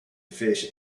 fish